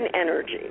energy